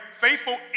Faithful